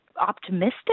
optimistic